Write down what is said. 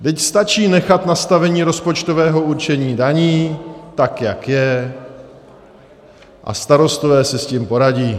Vždyť stačí nechat nastavení rozpočtového určení daní, tak jak je, a starostové si s tím poradí.